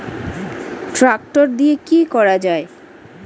Tractor দিয়ে কি করা যায়?